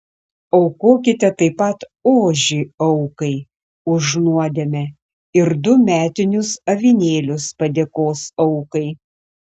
aukokite taip pat ožį aukai už nuodėmę ir du metinius avinėlius padėkos aukai